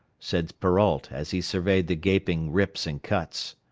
said perrault, as he surveyed the gaping rips and cuts.